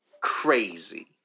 crazy